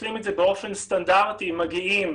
שנוטלים את זה באופן סטנדרטי מגיעים